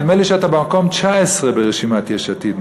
נדמה לי שאתה במקום 19 ברשימת יש עתיד,